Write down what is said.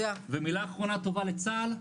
ומילה אחרונה טובה לצה"ל,